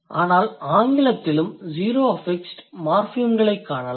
ஆனால் ஆங்கிலத்திலும் zero affixed மார்ஃபிம்களைக் காணலாம்